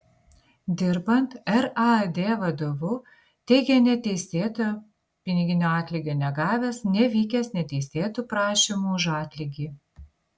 dirbant raad vadovu teigė neteisėto piniginio atlygio negavęs nevykęs neteisėtų prašymų už atlygį